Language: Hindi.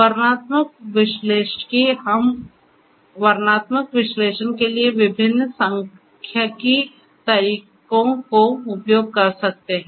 वर्णनात्मक विश्लेषिकी हम वर्णनात्मक विश्लेषण के लिए विभिन्न सांख्यिकीय तरीकों का उपयोग कर सकते हैं